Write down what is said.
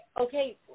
okay